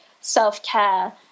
self-care